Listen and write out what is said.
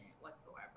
whatsoever